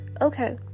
Okay